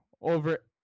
over